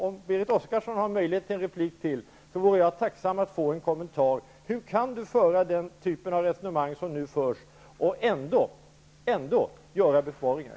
Om Berit Oscarsson har möjlighet till ytterligare en replik vore jag tacksam att få en kommentar till hur hon kan föra den typen av resonemang och ändå föreslå besparingar.